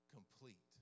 Complete